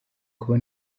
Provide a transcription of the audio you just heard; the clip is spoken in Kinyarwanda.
kuba